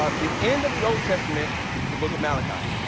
ah the end of the old testament is the book of malakai.